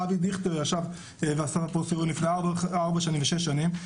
אבי דיכטר ישב ועשה פה סיורים לפני ארבע שנים ושש שנים.